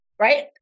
right